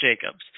Jacobs